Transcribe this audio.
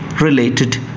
related